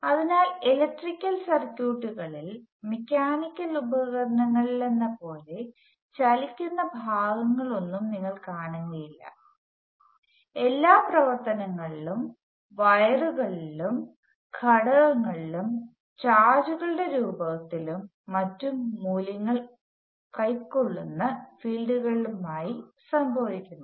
അതിനാൽ ഇലക്ട്രിക്കൽ സർക്യൂട്ടുകളിൽ മെക്കാനിക്കൽ ഉപകാരണങ്ങളിലെ പോലെ ചലിക്കുന്ന ഭാഗങ്ങളൊന്നും നിങ്ങൾ കാണുകയില്ല എല്ലാ പ്രവർത്തനങ്ങളും വയറുകളിലും ഘടകങ്ങളിലും ചാർജുകളുടെ രൂപത്തിലും ചില മൂല്യങ്ങൾ കൈക്കൊള്ളുന്ന ഫീൽഡുകളിലും ആയി സംഭവിക്കുന്നു